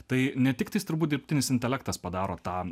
tai ne tiktais turbūt dirbtinis intelektas padaro tą